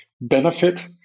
benefit